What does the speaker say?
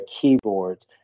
keyboards